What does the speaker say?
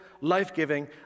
life-giving